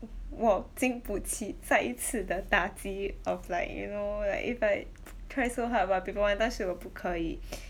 mm 我经不起再一次的打击 of like you know like if I try so hard about paper one 但是我不可以